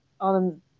on